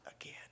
again